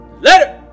Later